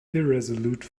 irresolute